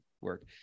work